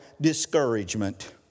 discouragement